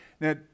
Now